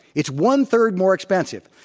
it's one-third more expensive.